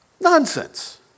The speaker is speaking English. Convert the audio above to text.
Nonsense